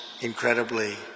incredibly